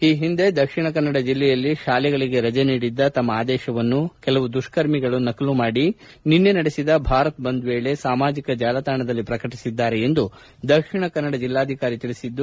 ಈ ಹಿಂದೆ ದಕ್ಷಿಣ ಕನ್ನಡ ಜಿಲ್ಲೆಯಲ್ಲಿ ಶಾಲೆಗಳಿಗೆ ರಜೆ ನೀಡಿದ್ದ ತಮ್ಮ ಆದೇಶವನ್ನು ಕೆಲವು ದುಷ್ಕರ್ಮಿಗಳು ನಕಲು ಮಾಡಿ ನಿನ್ನೆ ನಡೆಸಿದ ಭಾರತ್ ಬಂದ್ ವೇಳೆ ಸಾಮಾಜಿಕ ಜಾಲತಾಣಗಳಲ್ಲಿ ಪ್ರಕಟಿಸಿದ್ದಾರೆ ಎಂದು ದಕ್ಷಿಣ ಕನ್ನಡ ಜಿಲ್ಲಾಧಿಕಾರಿ ತಿಳಿಸಿದ್ದು